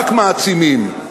רק מעצימים.